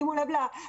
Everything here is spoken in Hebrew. שימו לב למספרים.